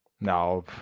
No